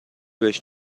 بهش